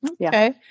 Okay